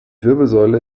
wirbelsäule